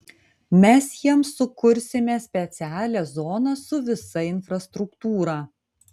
mes jiems sukursime specialią zoną su visa infrastruktūra